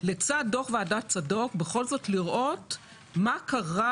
לצד דוח ועדת צדוק בכל זאת לראות מה קרה,